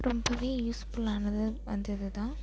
ரொம்பவே யூஸ்ஃபுல்லானது அந்த இது தான்